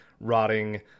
rotting